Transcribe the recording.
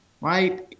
right